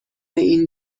این